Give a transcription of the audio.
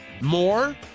More